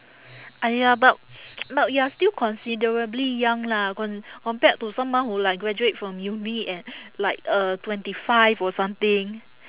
!aiya! but but you're still considerably young lah con~ compared to someone who like graduate from uni at like uh twenty five or something